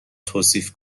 توصیف